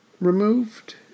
removed